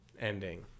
ending